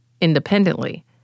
independently